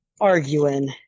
arguing